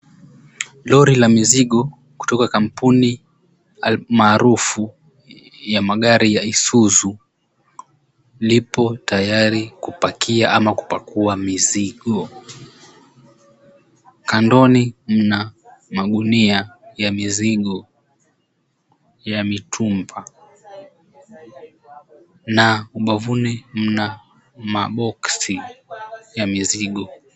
Lori la mizigo kutoka kampuni maarufu ya magari ya Isuzu lipo tayari kupakia ama kupakua mizigo. Kandoni mna magunia ya mizigo ya mitumba na ubavuni mna maboksi ya mizigo.